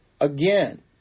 Again